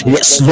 Yes